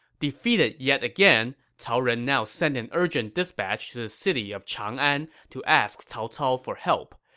defeated yet again, cao ren now sent an urgent dispatch to the city of changan to ask cao cao for help.